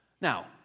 Now